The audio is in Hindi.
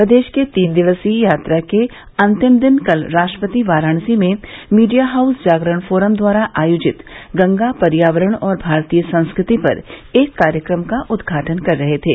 प्रदेश की तीन दिवसीय यात्रा के अंतिम दिन कल राष्ट्रपति वाराणसी में मीडिया हाऊस जागरण फोरम द्वारा आयोजित गंगा पर्यावरण और भारतीय संस्कृति पर एक कार्यक्रम का उदघाटन कर रहे थे